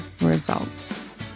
results